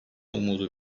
umudu